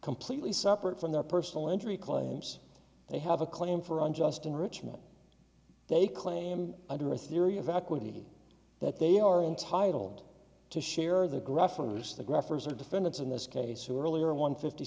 completely separate from their personal injury claims they have a claim for unjust enrichment they claim under a theory of equity that they are entitled to share their gruffness the graph or defendants in this case who earlier won fifty